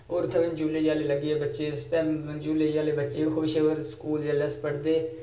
होर इत्थें झूले झाले लग्गे दे बच्चे आस्तै झूले झाले बच्चे बी खुश होर स्कूल जेल्लै अस पढ़दे हे